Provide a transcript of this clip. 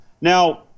Now